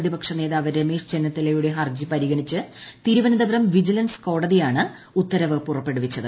പ്രതിപക്ഷ നേതാവ് രമേശ് ചെന്നിത്തലയുടെ ഹർജി പരിഗണിച്ച് തിരുവനന്തപുരം വിജിലൻസ് കോടതിയാണ് ഉത്തരവ് പുറപ്പെടുവിച്ചത്